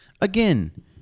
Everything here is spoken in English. Again